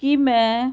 ਕੀ ਮੈਂ